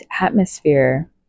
atmosphere